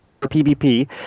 pvp